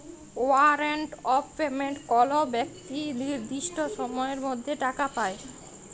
warrant of payment কল বেক্তি লির্দিষ্ট সময়ের মধ্যে টাকা পায়